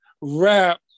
rap